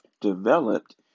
developed